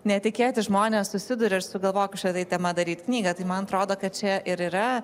netikėti žmonės susiduria ir sugalvoja kažkokia tema daryt knygą tai man atrodo kad čia ir yra